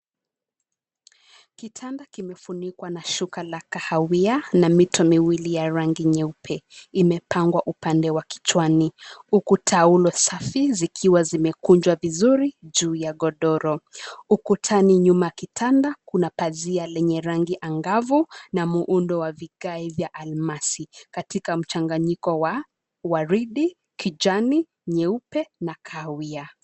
Kitanda kimefunikwa na shuka la kahawia na mito miwili ya rangi nyeupe imepangwa upande wa kichwani, huku taulo safi zikiwa zimekunjwa vizuri juu ya godoro. Ukutani, nyuma kitanda kuna pazia lenye rangi angavu na muundo wa vigae vya almasi katika mchanganyiko wa, waridi, kijani, nyeupe na kahawia.